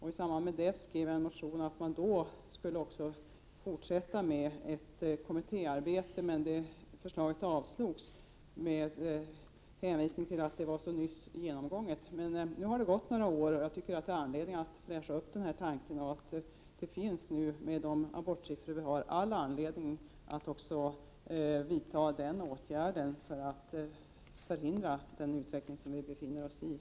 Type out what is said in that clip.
I samband därmed skrev jag en motion med förslag om en kommitté som skulle fortsätta arbetet på området, men förslaget avslogs med hänvisning till att detta så nyligen var genomgånget. Men nu har det gått några år, och jag tycker att det finns anledning att fräscha upp denna tanke. De abortsiffror som nu redovisas ger vid handen att vi har alla skäl att vidta också denna åtgärd för att förhindra den utveckling som nu pågår.